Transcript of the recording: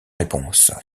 réponse